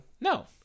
No